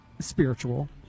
spiritual